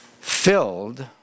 filled